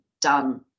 done